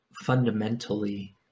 fundamentally